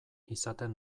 izaten